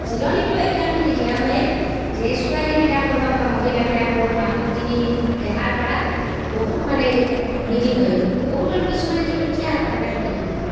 জিৰণিটো এই কাৰণতেই দিয়া হয় যে ছোৱালী বিলাকৰ হওক বা মহিলা বিলাকৰ মাহত তিনিদিন দেহাৰ পৰা বহুত মানে ব্লিডিং হয়ে বহুতৰ কিছুমানেতো একদম থিয়া হ'ব নোৱাৰাকে ব্লিডিং হয়ে